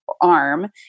arm